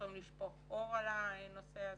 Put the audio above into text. שיוכלו לשפוך אור על הנושא הזה.